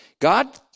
God